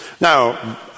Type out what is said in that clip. Now